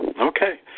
okay